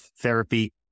therapy